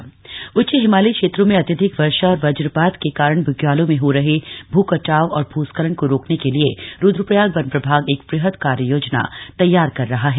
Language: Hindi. बग्यालों का उपचार उच्च हिमालयी क्षेत्रों में अत्यधिक वर्षा और वज्रपात के कारण बग्यालों में हो रहे भ कटाव व भूस्खलन को रोकने के लिए रूद्रप्रयाग वन प्रभाग एक वृहद कार्ययोजना तैयार कर रहा है